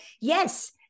yes